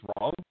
wrong